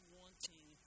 wanting